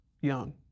young